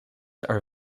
are